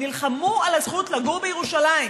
הם נלחמו על הזכות לגור בירושלים.